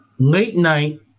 late-night